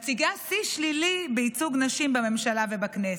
מציגה שיא שלילי בייצוג נשים בממשלה ובכנסת.